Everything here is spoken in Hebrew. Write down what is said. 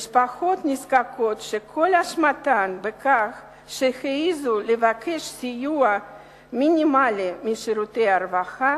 משפחות נזקקות שכל אשמתן בכך שהעזו לבקש סיוע מינימלי משירותי הרווחה,